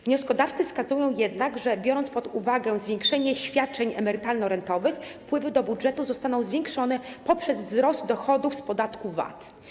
Wnioskodawcy wskazują jednak, że biorąc pod uwagę zwiększenie świadczeń emerytalno-rentowych, wpływy do budżetu zostaną zwiększone poprzez wzrost dochodów z podatku VAT.